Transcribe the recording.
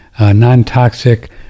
non-toxic